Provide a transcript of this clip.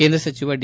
ಕೇಂದ್ರ ಸಚಿವ ಡಿ